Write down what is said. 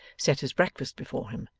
set his breakfast before him,